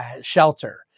shelter